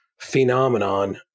phenomenon